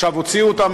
עכשיו הוציאו אותן,